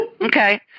Okay